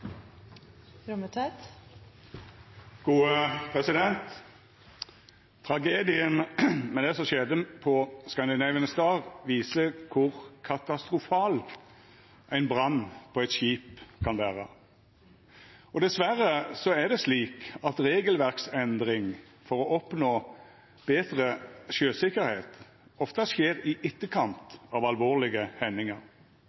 eit skip kan vera. Dessverre er det slik at regelverksendring for å oppnå betre sjøsikkerheit ofte skjer i